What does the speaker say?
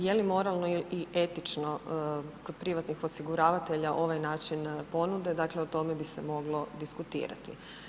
Je li moralno i etično kod privatnih osiguravatelja ovaj način ponude, dakle o tome bi se moglo diskutirati.